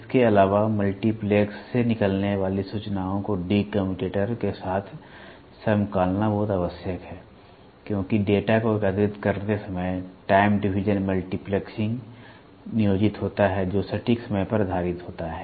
इसके अलावा मल्टीप्लेक्स से निकलने वाली सूचनाओं को डी कम्यूटेटर के साथ समकालना बहुत आवश्यक है क्योंकि डेटा को एकत्रित करते समय टाइम डिवीजन मल्टीप्लेक्सिंग नियोजित होता है जो सटीक समय पर आधारित होता है